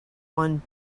one